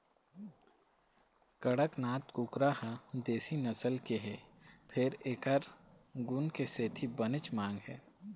कड़कनाथ कुकरा ह देशी नसल के हे फेर एखर गुन के सेती बनेच मांग हे